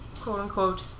quote-unquote